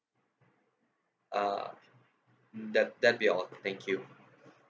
uh that that'll be all thank you